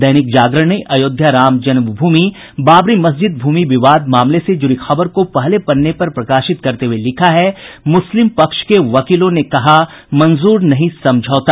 दैनिक जागरण ने अयोध्या राम जन्म भूमि बाबरी मस्जिद भूमि विवाद मामले से जुड़ी खबर को पहले पन्ने पर प्रकाशित करते हुए लिखा है मुस्लिम पक्ष के वकीलों ने कहा मंजूर नहीं समझौता